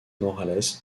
morales